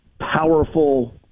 powerful